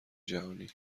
جهانی